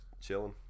chilling